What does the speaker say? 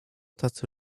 tacy